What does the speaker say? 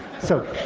so,